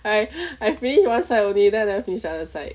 I I finish one side only then I never finish the other side